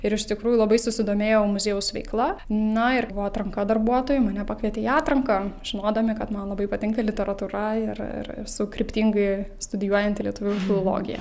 ir iš tikrųjų labai susidomėjau muziejaus veikla na ir buvo atranka darbuotojų mane pakvietė į atranką žinodami kad man labai patinka literatūra ir ir esu kryptingai studijuojanti lietuvių filologiją